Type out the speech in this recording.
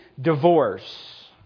divorce